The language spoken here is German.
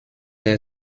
der